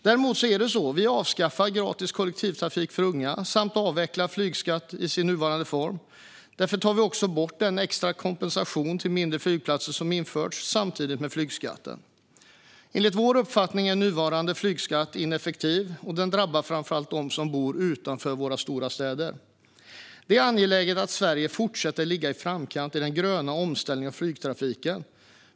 Däremot är det så att vi avskaffar gratis kollektivtrafik för unga samt avvecklar flygskatten i dess nuvarande form. Därför tar vi också bort den extra kompensationen till mindre flygplatser som infördes samtidigt med flygskatten. Enligt vår uppfattning är nuvarande flygskatt ineffektiv och drabbar framför allt dem som bor utanför våra stora städer. Det är angeläget att Sverige fortsätter att ligga i framkant i den gröna omställningen av flygtrafiken.